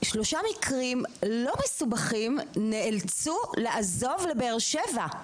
שלושה מקרים לא מסובכים נאלצו לעזוב לבאר שבע,